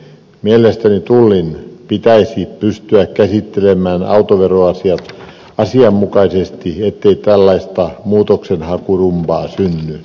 mielestäni tullin pitäisi pystyä käsittelemään autoveroasiat asianmukaisesti ettei tällaista muutoksenhakurumbaa synny